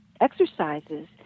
exercises